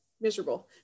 miserable